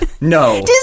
No